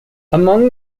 among